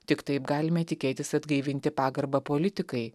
tik taip galime tikėtis atgaivinti pagarbą politikai